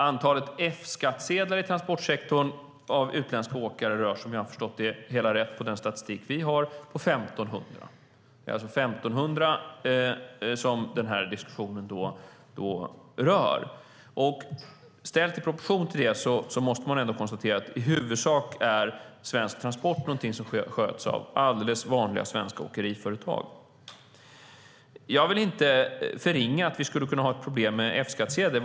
Antalet F-skattsedlar hos utländska åkare i transportsektorn rör sig, om jag har förstått det hela rätt av den statistik vi har, om 1 500. Det är alltså 1 500 denna diskussion rör. Ställt i proportion måste man ändå konstatera att svensk transport i huvudsak är någonting som sköts av alldeles vanliga, svenska åkeriföretag. Jag vill inte förringa att vi skulle kunna ha ett problem med F-skattsedlar.